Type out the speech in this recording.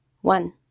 one